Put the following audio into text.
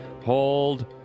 Hold